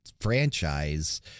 franchise